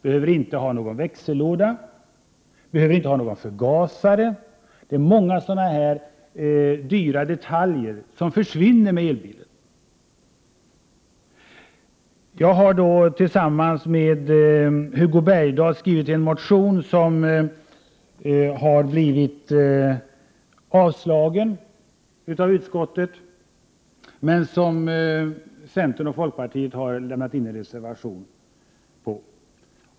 Det behövs ingen växellåda och ingen förgasare. Det finns många sådana här dyra detaljer som inte ingår i elbilar. Jag har tillsammans med Hugo Bergdahl skrivit en motion som har blivit avstyrkt av utskottet. Centern och folkpartiet har dock lämnat in en reservation.